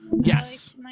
Yes